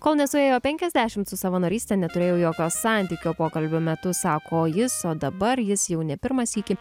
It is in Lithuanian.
kol nesuėjo penkiasdešim su savanoryste neturėjau jokio santykio pokalbio metu sako jis o dabar jis jau ne pirmą sykį